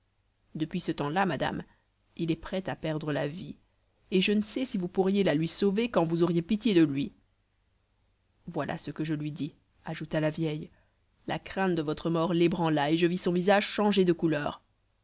depuis ce temps-là madame il est prêt à perdre la vie et je ne sais si vous pourriez la lui sauver quand vous auriez pitié de lui voilà ce que je lui dis ajouta la vieille la crainte de votre mort l'ébranla et je vis son visage changer de couleur